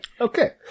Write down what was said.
Okay